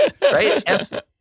right